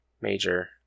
major